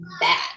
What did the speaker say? bad